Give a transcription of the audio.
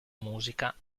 musica